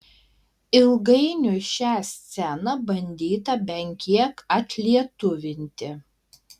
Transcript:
ilgainiui šią sceną bandyta bent kiek atlietuvinti